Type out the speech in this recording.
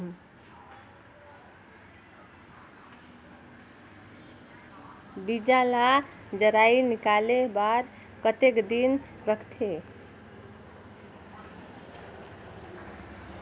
बीजा ला जराई निकाले बार कतेक दिन रखथे?